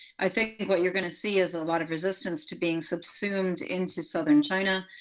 i think think what you're going to see is a lot of resistance to being subsumed into southern china.